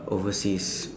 overseas